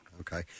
Okay